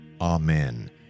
Amen